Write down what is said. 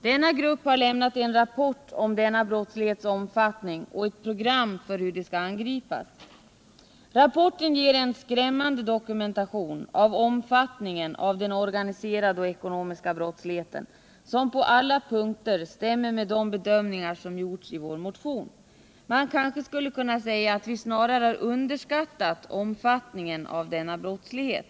Arbetsgruppen har lämnat en rapport om denna brottslighets omfattning och ett program för hur den skall angripas. Rapporten ger en skrämmande dokumentation av omfattningen av den organiserade och ekonomiska brottsligheten som på alla punkter stämmer med de bedömningar som gjorts i vår motion. Man kanske skulle kunna säga att vi snarare underskattat omfattningen av denna brottslighet.